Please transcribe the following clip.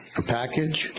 a package